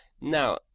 now